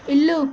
ఇల్లు